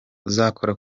uzakora